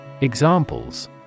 Examples